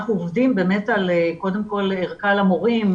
עכשיו אנחנו עובדים על ערכה למורים,